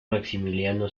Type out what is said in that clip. maximiliano